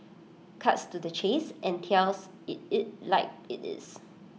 cuts to the chase and tells IT it like IT is